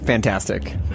Fantastic